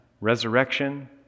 resurrection